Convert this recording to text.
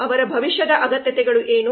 ಅವರ ಭವಿಷ್ಯದ ಅಗತ್ಯತೆಗಳು ಏನು